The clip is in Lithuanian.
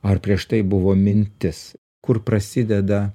ar prieš tai buvo mintis kur prasideda